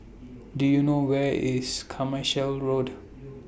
Do YOU know Where IS Carmichael Road